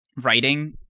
writing